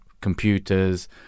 computers